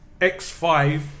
X5